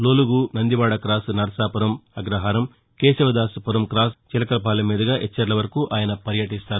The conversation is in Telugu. లోలుగు నందివాడ క్రాస్ నర్సాపురం అగ్రహారం కేశవదాసుపురం క్రాస్ చిలకలపాలెం మీదుగా ఎచ్చెర్ల వరకు ఆయన పర్యటిస్తారు